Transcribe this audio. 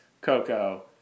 Coco